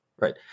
Right